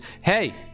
hey